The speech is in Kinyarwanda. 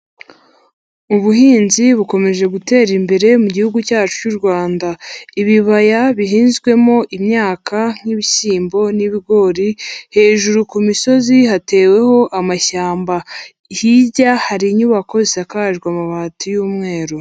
Ubuhinzi bukomeje gutera imbere mu gihugu cyacu cy'u Rwanda. Ibibaya bihinzwemo imyaka nk'ibishyimbo n'ibigori, hejuru ku misozi hateweho amashyamba. Hirya hari inyubako zisakajwe amabati y'umweru.